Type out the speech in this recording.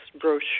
brochure